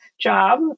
job